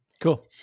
cool